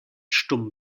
stumm